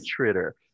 Twitter